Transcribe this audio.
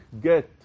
get